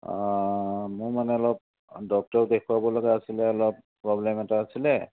অঁ মোৰ মানে অলপ ডক্তৰক দেখুৱাব লগা আছিলে অলপ প্ৰব্লেম এটা আছিলে